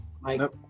Mike